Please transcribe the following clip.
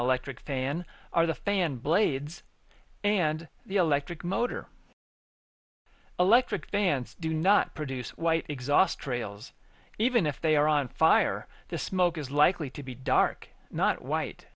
electric fan are the fan blades and the electric motor electric bands do not produce white exhaust trails even if they are on fire the smoke is likely to be dark not white